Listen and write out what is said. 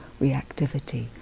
reactivity